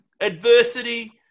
Adversity